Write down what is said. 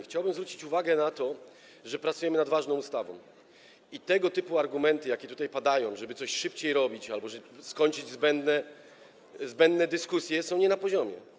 Chciałbym zwrócić uwagę na to, że pracujemy nad ważną ustawą i tego typu argumenty, jakie tutaj padają, żeby coś szybciej robić albo żeby skończyć zbędne dyskusje, są nie na poziomie.